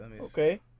Okay